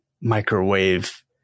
microwave